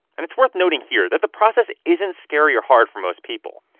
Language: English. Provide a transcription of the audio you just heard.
and it's worth noting here that the process isn't scary or hard for most people.